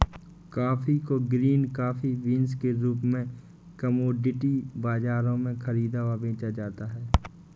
coffee को green coffee beans के रूप में कॉमोडिटी बाजारों में खरीदा और बेचा जाता है